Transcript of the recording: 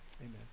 amen